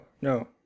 no